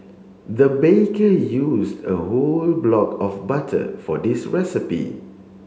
the baker used a whole block of butter for this recipe